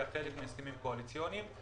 היה חלק מהסכמים קואליציוניים.